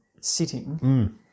sitting